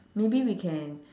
maybe we can